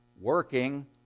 working